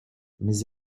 mes